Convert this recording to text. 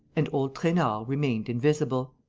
and old trainard remained invisible.